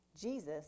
Jesus